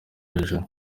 hejuru